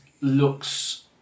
looks